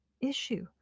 issue